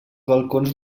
balcons